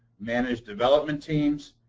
managed development teams,